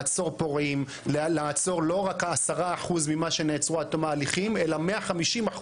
לעצור פורעים ולא רק 10% אלא 150%,